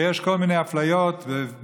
שיש כל מיני אפליות מובנות,